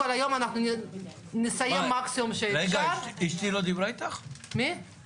אנשי המקצוע וגורמי המקצוע שייתנו לנו להבין מה מקובל